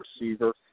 receiver